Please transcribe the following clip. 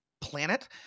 planet